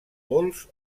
pols